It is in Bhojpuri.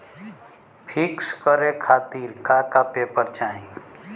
पिक्कस करे खातिर का का पेपर चाही?